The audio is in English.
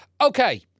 Okay